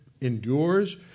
endures